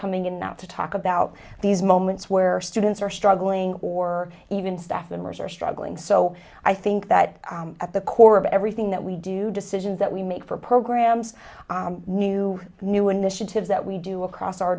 coming in now to talk about these moments where students are struggling or even staff members are struggling so i think that at the core of everything that we do decisions that we make for programs new new initiatives that we do across our